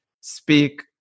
speak